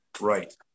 Right